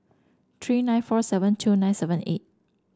three nine four seven two nine seven eight